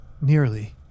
Nearly